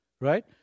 right